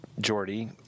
Jordy